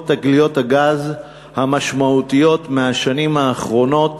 תגליות הגז המשמעותיות מהשנים האחרונות